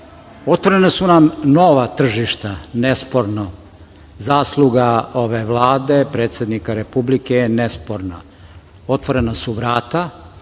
otvorena su nam nova tržišta, nesporno. Zasluga ove Vlade, predsednika Republike je nesporno. Otvorena su nam